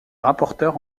rapporteur